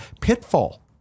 Pitfall